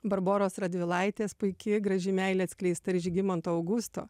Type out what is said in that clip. barboros radvilaitės puiki graži meilė atskleista žygimanto augusto